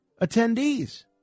attendees